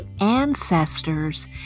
ancestors